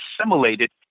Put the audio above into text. assimilated